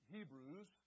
Hebrews